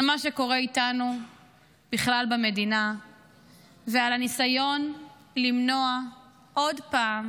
על מה שקורה איתנו בכלל במדינה ועל הניסיון למנוע עוד פעם